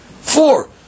four